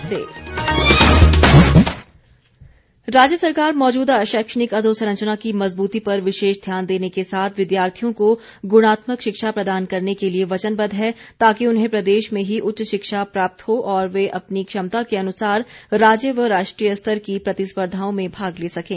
मुख्यमंत्री राज्य सरकार मौजूदा शैक्षणिक अधोसंरचना की मजबूती पर विशेष ध्यान देने के साथ विद्यार्थियों को गुणात्मक शिक्षा प्रदान करने के लिए वचनवद्व है ताकि उन्हें प्रदेश में ही उच्च शिक्षा प्राप्त हो और वे अपनी क्षमता के अनुसार राज्य व राष्ट्रीय स्तर की प्रतिर्स्पधाओं में भाग ले सकें